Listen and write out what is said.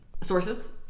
Sources